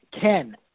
Ken